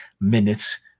minutes